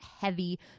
heavy